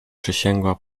przysięgła